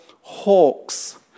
hawks